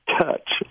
touch